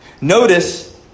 Notice